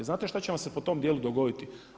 Znate šta će vam se po tom dijelu dogoditi?